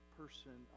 person